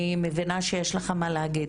אני מבינה שיש לך מה להגיד.